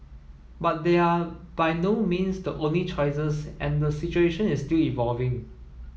but they are by no means the only choices and the situation is still evolving